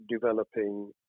developing